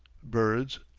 birds,